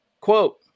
quote